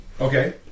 Okay